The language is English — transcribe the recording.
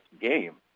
game